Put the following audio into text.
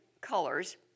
colors